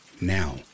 Now